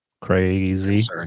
crazy